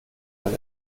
dass